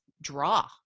draw